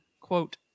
quote